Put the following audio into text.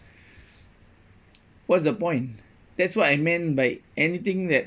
what's the point that's what I meant by anything that